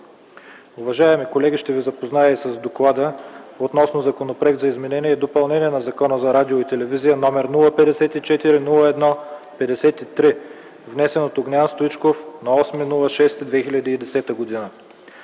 Уважаеми колеги, ще ви запозная и с доклада относно Законопроект за изменение и допълнение на Закона за радиото и телевизията № 054-01-53, внесен от Огнян Стоичков на 8 юни 2010 г.